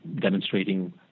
demonstrating